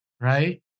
Right